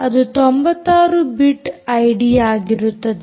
ಅದು 96 ಬಿಟ್ ಐಡಿಯಾಗಿರುತ್ತದೆ